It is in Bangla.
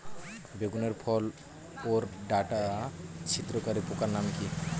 বেগুনের ফল ওর ডাটা ছিদ্রকারী পোকার নাম কি?